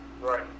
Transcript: Right